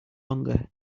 longer